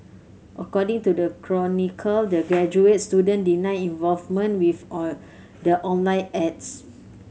according to the Chronicle the graduate student denied involvement with the online ads